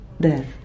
death